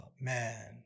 man